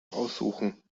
aussuchen